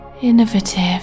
innovative